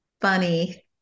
funny